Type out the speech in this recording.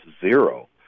zero